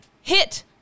hit